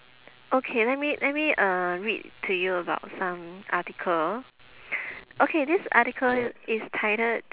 okay let me let me uh read to you about some article okay this article is titled